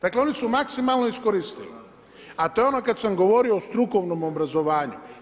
Dakle, oni su maksimalno iskoristili, a to je ono kad sam govorio o strukovnom obrazovanju.